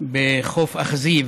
בחוף אכזיב,